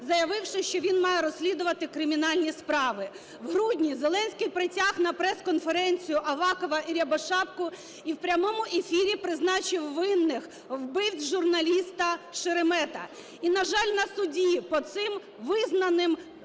заявивши, що він має розслідувати кримінальні справи. В грудні Зеленський притяг на прес-конференцію Авакова і Рябошапку і в прямому ефірі призначив винних, вбивць журналіста Шеремета. І, на жаль, на суді по цим визнаним